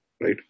right